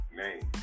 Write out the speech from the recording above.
name